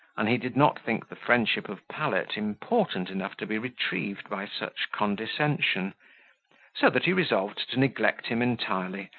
and he did not think the friendship of pallet important enough to be retrieved by such condescension so that he resolved to neglect him entirely,